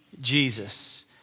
Jesus